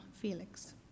Felix